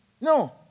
No